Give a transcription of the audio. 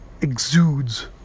exudes